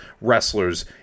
wrestlers